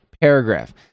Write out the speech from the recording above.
paragraph